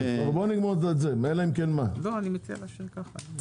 אני מציע להשאיר כך.